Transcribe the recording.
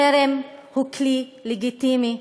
החרם הוא כלי לגיטימי.